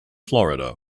florida